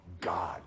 God